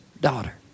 daughter